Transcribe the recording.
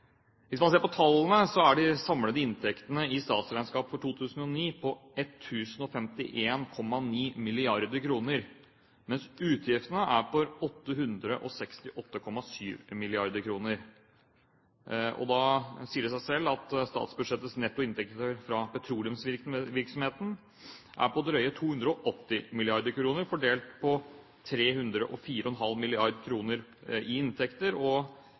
Hvis man ser på tallene, er de samlede inntektene i statsregnskapet for 2009 på 1 051,9 mrd. kr, mens utgiftene er på 868,7 mrd. kr. Da sier det seg selv at statsbudsjettets netto inntekter fra petroleumsvirksomheten er på drøye 280 mrd. kr, fordelt på 304,5 mrd. kr i inntekter og